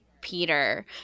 peter